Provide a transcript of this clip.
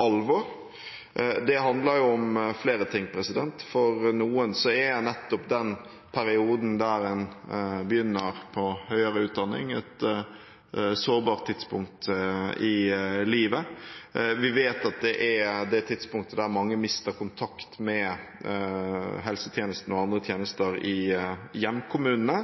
alvor. Det handler om flere ting. For noen er nettopp den perioden der en begynner på høyere utdanning, et sårbart tidspunkt i livet. Vi vet at det er det tidspunktet der mange mister kontakt med helsetjenesten og andre tjenester i hjemkommunene.